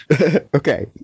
Okay